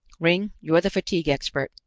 ringg, you're the fatigue expert.